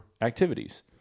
activities